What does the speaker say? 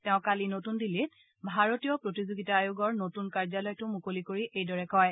তেওঁ কালি নতুন দিল্লীত ভাৰতীয় প্ৰতিযোগিতা আয়োগৰ নতুন কাৰ্যালয়টো মুকলি কৰি এইদৰে কয়